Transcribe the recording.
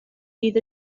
bydd